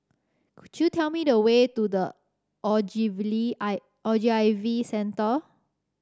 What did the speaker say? could you tell me the way to The Ogilvy Centre